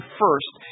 first